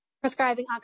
prescribing